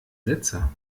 sätze